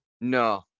no